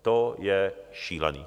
To je šílený.